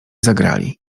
zagrali